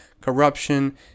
corruption